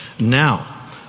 Now